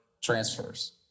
transfers